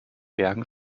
bergen